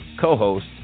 co-host